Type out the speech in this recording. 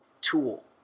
tool